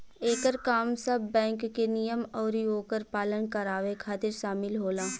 एकर काम सब बैंक के नियम अउरी ओकर पालन करावे खातिर शामिल होला